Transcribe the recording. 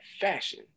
fashion